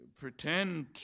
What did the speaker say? pretend